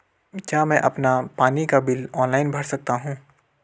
क्या मैं अपना पानी का बिल ऑनलाइन भर सकता हूँ?